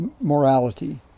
morality